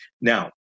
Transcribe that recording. Now